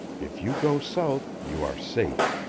if you go south you are safe.